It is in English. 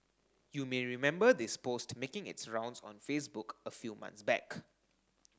you may remember this post making its rounds on Facebook a few months back